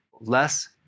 Less